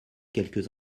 quelques